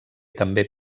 també